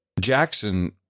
Jackson